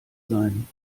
sein